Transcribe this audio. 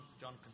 John